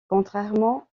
contrairement